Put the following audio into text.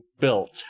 built